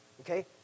Okay